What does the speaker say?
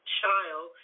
child